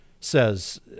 says